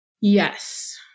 Yes